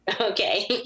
okay